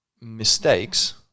mistakes